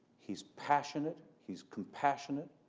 he's passionate, he's compassionate,